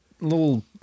little